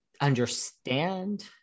understand